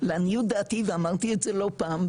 לעניות דעתי ואמרתי את זה לא פעם,